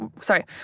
sorry